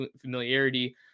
familiarity